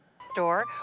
Store